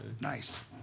Nice